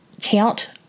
count